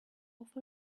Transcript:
off